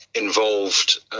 involved